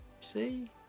See